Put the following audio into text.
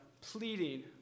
pleading